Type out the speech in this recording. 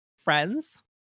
friends